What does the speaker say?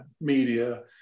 media